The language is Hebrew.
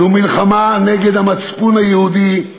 זו מלחמה נגד המצפון היהודי,